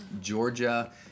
Georgia